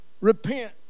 repent